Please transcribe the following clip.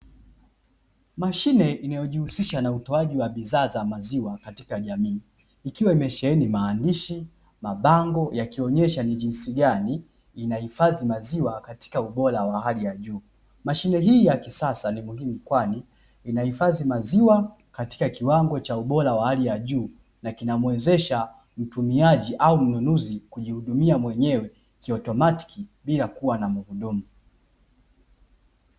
Mashine inayojihusisha na utoaji wa maziwa katika jamii, ikiwa imesheheni maandishi, mabango yakionesha ni jinsi gani inahifadhi maziwa katika ubora wa hali ya juu. Mashine hii ya kisasa ni muhimu kwani inahifadhi maziwa katika kiwango cha ubora wa hali ya juu, na kinamuwezesha mtumiaji au mnunuzi kujihudumia mwenyewe kiautomatiki, bila kuwa na mhudumu.